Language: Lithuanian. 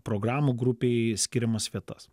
programų grupei skiriamas vietas